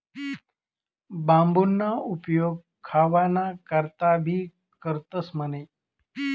बांबूना उपेग खावाना करता भी करतंस म्हणे